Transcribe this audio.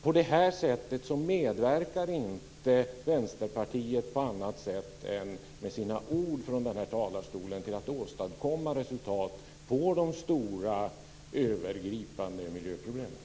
På det här sättet medverkar inte Vänsterpartiet på annat sätt än med sina ord från talarstolen till att åstadkomma resultat när det gäller de stora, övergripande miljöproblemen.